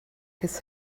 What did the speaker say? his